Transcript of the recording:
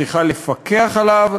צריכה לפקח עליו,